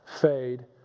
fade